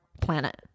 planet